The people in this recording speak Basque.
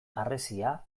harresia